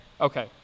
okay